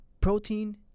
protein